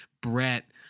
Brett